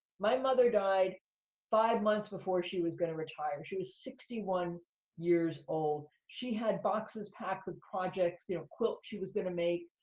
my mother died five months before she was gonna retire. she was sixty one years old. she had boxes packed with projects, you know, a quilt she was gonna make,